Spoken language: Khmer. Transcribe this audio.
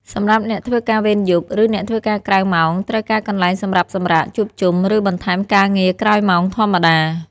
សម្រាប់អ្នកធ្វើការវេនយប់ ឬ អ្នកធ្វើការក្រៅម៉ោងត្រូវការកន្លែងសម្រាប់សម្រាក ជួបជុំ ឬបន្ថែមការងារក្រោយម៉ោងធម្មតា។